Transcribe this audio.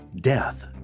death